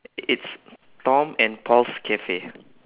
i~ it's tom and paul's cafe